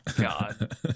God